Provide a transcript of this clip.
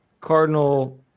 Cardinal